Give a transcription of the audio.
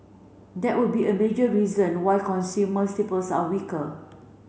that would be a major reason why consumer staples are weaker